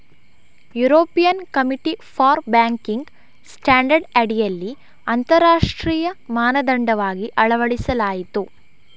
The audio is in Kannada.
European committee for banking standard ಅಡಿಯಲ್ಲಿ ಅಂತರರಾಷ್ಟ್ರೀಯ ಮಾನದಂಡವಾಗಿ ಅಳವಡಿಸಲಾಯಿತು